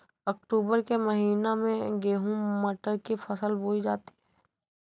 अक्टूबर के महीना में गेहूँ मटर की फसल बोई जाती है